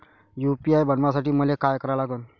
UPI बनवासाठी मले काय करा लागन?